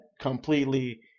completely